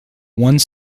one